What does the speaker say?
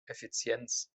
effizienz